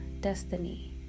destiny